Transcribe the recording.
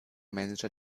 manager